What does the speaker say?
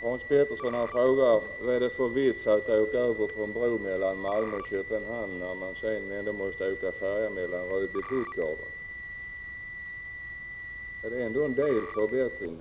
Hans Pettersson frågar: Vad är det för vits med att åka över på en bro mellan Malmö och Köpenhamn när man sedan ändå måste åka färja mellan Rodby och Puttgarden? Men det innebär ändå en viss förbättring.